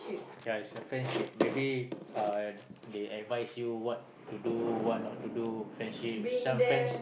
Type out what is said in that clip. ya is a friendship maybe uh they advise you what to do what not do friendships some friends